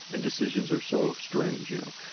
and decisions are so strange, you know,